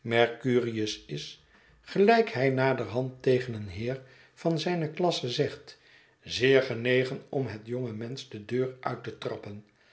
mercurius is gelijk hij naderhand tegen een heer van zijne klasse zegt zeer genegen om het jonge mensch de deur uit te trappen